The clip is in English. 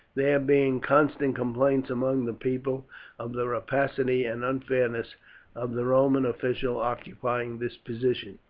there being constant complaints among the people of the rapacity and unfairness of the roman official occupying this position.